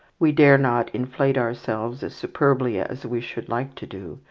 we dare not inflate ourselves as superbly as we should like to do,